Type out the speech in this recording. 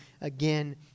again